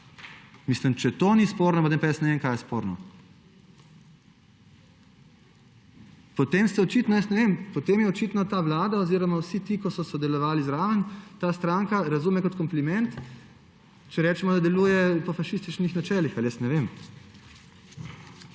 gremo. Če to ni sporno, potem pa jaz ne vem, kaj je sporno. Potem očitno ta vlada oziroma vsi ti, ki so sodelovali zraven, ta stranka razume to kot kompliment, če rečemo, da deluje po fašističnih načelih, ali jaz ne vem.